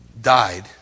died